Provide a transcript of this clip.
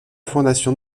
fondation